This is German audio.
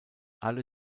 alle